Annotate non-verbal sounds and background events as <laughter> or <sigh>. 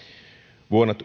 vuonna <unintelligible>